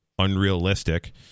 unrealistic